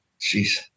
jeez